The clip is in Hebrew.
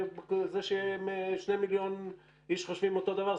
זה ששני מיליון איש חושבים אותו דבר,